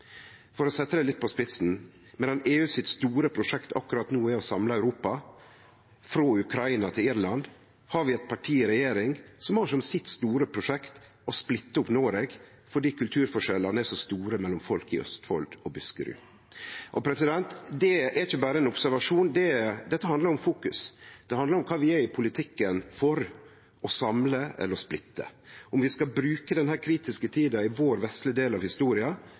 For å setje det litt på spissen: Medan det store prosjektet til EU akkurat no er å samle Europa, frå Ukraina til Irland, har vi eit parti i regjering som har som sitt store prosjekt å splitte opp Noreg fordi kulturforskjellane er så store mellom folk i Østfold og folk i Buskerud. Dette er ikkje berre ein observasjon; dette handlar om fokus. Det handlar om kva vi er i politikken for – å samle eller å splitte? Det handlar om vi skal bruke denne kritiske tida i vår vesle del av historia